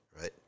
Right